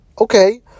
Okay